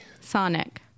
Sonic